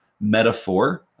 metaphor